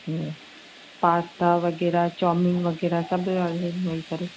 ईअं पास्ता वग़ैरह चाऊमीन वग़ैरह सभु आहिनि वेही करे